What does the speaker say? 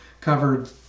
covered